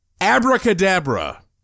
Abracadabra